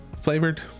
flavored